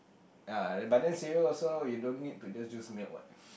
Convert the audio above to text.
ya but then cereal you also you don't need to use just milk what